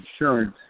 insurance